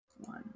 One